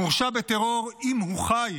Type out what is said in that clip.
מורשע בטרור, אם הוא חי,